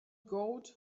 goat